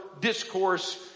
discourse